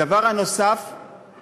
הדבר הנוסף הוא